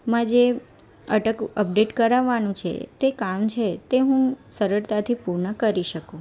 માં જે અટક અપડેટ કરાવવાનું છે તે કામ છે તે હું સરળતાથી પૂર્ણ કરી શકું